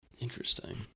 interesting